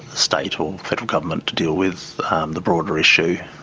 state or federal government to deal with the broader issue.